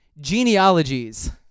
genealogies